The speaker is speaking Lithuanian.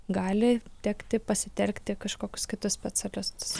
gali tekti pasitelkti kažkoks kitus specialistus